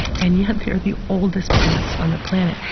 and yet they are the oldest plants on the planet.